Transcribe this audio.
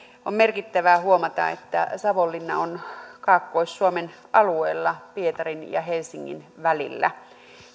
on merkittävää huomata että savonlinna on kaakkois suomen alueella pietarin ja helsingin välillä